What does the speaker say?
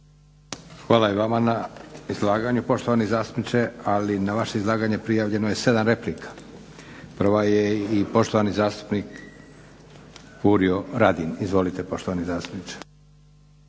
Hvala i vama na izlaganju poštovani zastupniče. Ali na vaše izlaganje prijavljeno je 7 replika. Prva je i poštovani zastupnik Furio Radin. Izvolite poštovani zastupniče.